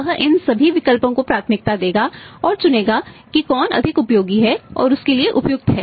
वह इन सभी विकल्पों को प्राथमिकता देगा और चुनेगा की कौन अधिक उपयोगी है और उसके लिए उपयुक्त है